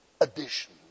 addition